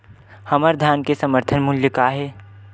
हमर धान के समर्थन मूल्य का हे?